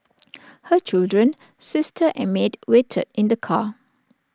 her children sister and maid waited in the car